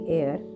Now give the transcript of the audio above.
air